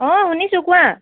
অঁ শুনিছোঁ কোৱা